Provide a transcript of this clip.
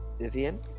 Vivian